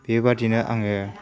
बेबायदिनो आङो